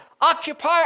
occupy